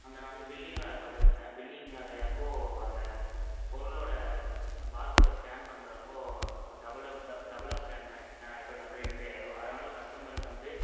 அங்கே நான் வந்து பில்லிங் வேலை பார்த்துட்ருந்தேன் பில்லிங் வேலையை அப்போது அந்த பொருளோட பார்கோடை ஸ்கேன் பண்ணுறப்போ டபுளாக டபுளாக ஸ்கேன்னு ஸ்கேன் ஆகிரும் டபுள் என்ட்ரி ஆகிரும் அதனால் கஸ்டமருக்கு வந்து